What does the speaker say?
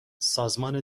سازمان